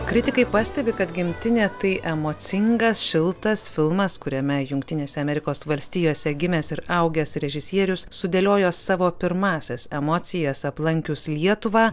kritikai pastebi kad gimtinė tai emocingas šiltas filmas kuriame jungtinėse amerikos valstijose gimęs ir augęs režisierius sudėliojo savo pirmąsias emocijas aplankius lietuvą